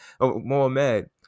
Mohamed